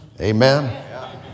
Amen